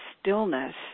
stillness